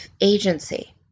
agency